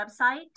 website